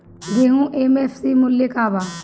गेहू का एम.एफ.सी मूल्य का बा?